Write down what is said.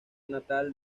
natal